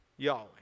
Yahweh